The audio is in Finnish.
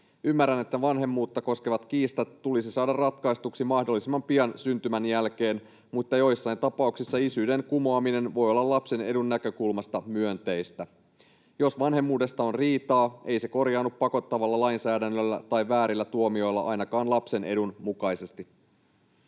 Ymmärrän, että vanhemmuutta koskevat kiistat tulisi saada ratkaistuiksi mahdollisimman pian syntymän jälkeen, mutta joissain tapauksissa isyyden kumoaminen voi olla lapsen edun näkökulmasta myönteistä. Jos vanhemmuudesta on riitaa, ei se korjaannu pakottavalla lainsäädännöllä tai väärillä tuomioilla ainakaan lapsen edun mukaisesti.